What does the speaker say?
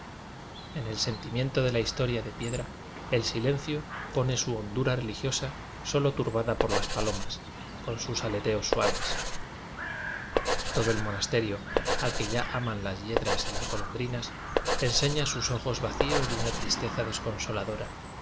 en el sentimiento de la historia de piedra el silencio pone su hondura religiosa solo turbada por las palomas con sus ale teos suaves todo el monasterio al que ya aman las yedras y las golondrinas enseña sus ojos vacíos de una tristeza desconsoladora